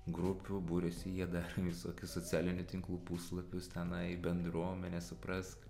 grupių buriasi jie dar visokių socialinių tinklų puslapius tenai bendruomenė suprask